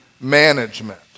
management